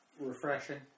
refreshing